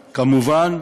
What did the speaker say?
כמובן,